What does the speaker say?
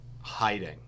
hiding